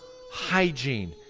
hygiene